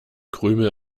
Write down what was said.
krümel